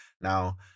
Now